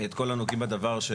את כל הנוגעים בדבר.